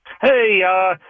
Hey